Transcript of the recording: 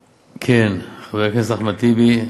כן, חבר הכנסת אחמד טיבי.